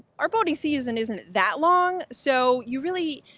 our boating season isn't that long. so you really,